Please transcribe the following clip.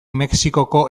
mexikoko